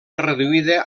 reduïda